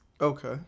Okay